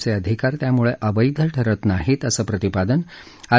चे अधिकार त्यामुळे अवैध ठरत नाहीत असं प्रतिपादन आर